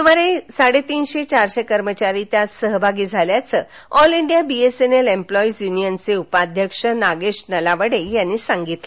सुमारे साडे तीनशे चारशे कर्मचारी यात सहभागी झाल्याचं ऑल इंडिया बीएसएनएल एम्प्लॉईज युनिअनचे उपाध्यक्ष नागेश नलावडे यांनी सांगितलं